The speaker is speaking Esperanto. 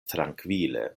trankvile